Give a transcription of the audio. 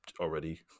already